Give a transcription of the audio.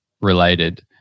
related